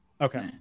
okay